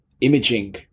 imaging